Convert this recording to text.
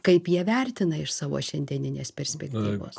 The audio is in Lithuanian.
kaip jie vertina iš savo šiandieninės perspektyvos